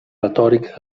retòrica